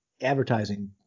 advertising